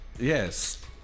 Yes